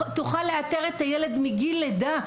היא תוכל לאתר את הילד מגיל לידה.